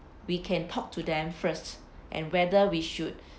we can talk to them first and whether we should